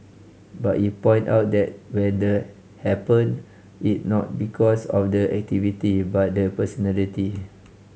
but he point out that when the happen it not because of the activity but the personality